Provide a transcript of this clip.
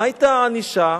מה היתה הענישה?